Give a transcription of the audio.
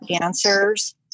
answers